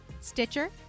Stitcher